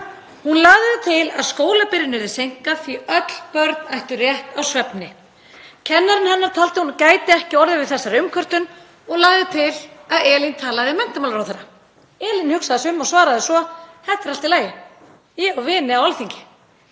Hún lagði til að skólabyrjun yrði seinkað því að öll börn ættu rétt á svefni. Kennarinn hennar taldi að hún gæti ekki orðið við þessari umkvörtun og lagði til að Elín talaði við menntamálaráðherra. Elín hugsaði sig um og sagði svo: Þetta er allt í lagi, ég á vini á Alþingi.